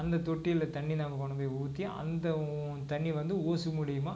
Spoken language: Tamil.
அந்தத் தொட்டியில் தண்ணி நம்ம கொண்டு போய் ஊற்றி அந்தத் தண்ணி வந்து ஓசு மூலிமா